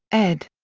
ed.